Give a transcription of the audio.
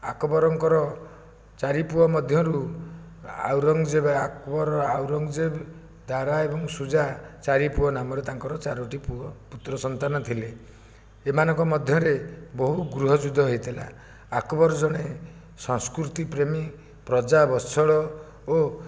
ଆକବରଙ୍କ ଚାରିପୁଅ ମଧ୍ୟରୁ ଔରଙ୍ଗଜେବ ଆକବର ଔରଙ୍ଗଜେବ ତାରା ଏବଂ ସୁଜା ଚାରିପୁଅ ନାମରେ ତାଙ୍କର ଚାରୋଟି ପୁଅ ପୁତ୍ର ସନ୍ତାନ ଥିଲେ ଏମାନଙ୍କ ମଧ୍ୟରେ ବହୁ ଗୃହଯୁଦ୍ଧ ହୋଇଥିଲା ଆକବର ଜଣେ ସଂସ୍କୃତିପ୍ରେମୀ ପ୍ରଜାବତ୍ସଳ ଓ